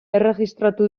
erregistratu